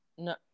No